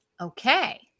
Okay